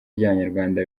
ry’abanyarwanda